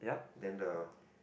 then the